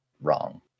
wrong